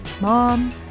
mom